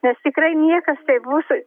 nes tikrai niekas taip mūsų